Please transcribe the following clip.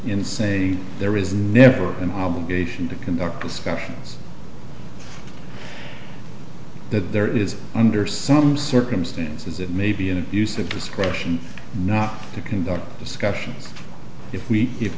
in say there is never an obligation to conduct discussions that there is under some circumstances it may be an abuse of discretion not to conduct discussions if we if